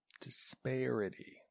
Disparity